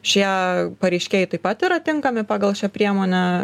šie pareiškėjai taip pat yra tinkami pagal šią priemonę